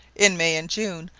in may and june,